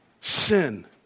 sin